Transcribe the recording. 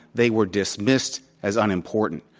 they were dismissed as unimportant.